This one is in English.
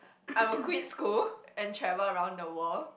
I would quit school and travel around the world